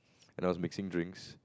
and I was mixing drinks